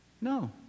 No